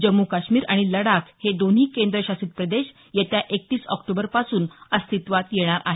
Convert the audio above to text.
जम्मू काश्मीर आणि लडाख हे दोन्ही केंद्र शासित प्रदेश येत्या एकतीस ऑक्टोबरपासून अस्तित्वात येणार आहेत